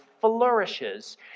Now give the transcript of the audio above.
flourishes